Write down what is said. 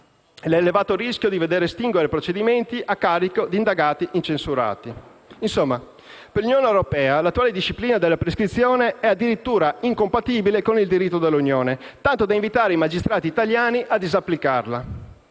l'elevato rischio di veder estinguere procedimenti a carico di indagati incensurati». Per l'Unione europea l'attuale disciplina della prescrizione é addirittura incompatibile con il diritto dell'Unione, tanto da invitare i magistrati a disapplicarla.